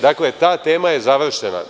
Dakle, ta tema je završena.